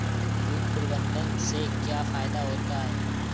कीट प्रबंधन से क्या फायदा होता है?